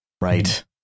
Right